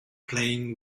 playing